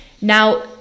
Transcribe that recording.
Now